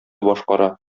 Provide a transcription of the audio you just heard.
башкара